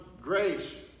grace